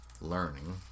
learning